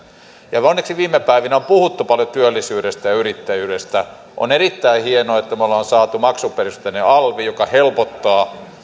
onneksi viime päivinä on puhuttu paljon työllisyydestä ja yrittäjyydestä on erittäin hienoa että me olemme saaneet maksuperusteisen alvin joka helpottaa